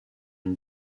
une